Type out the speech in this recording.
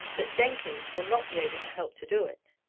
that jenkins will not be able to help to do it.